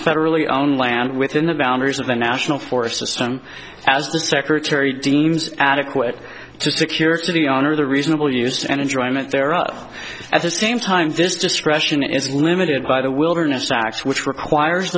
federally owned land within the boundaries of the national forest system as the secretary deems adequate to secure for the honor the reasonable use and enjoyment there of at the same time this discretion is limited by the wilderness acts which requires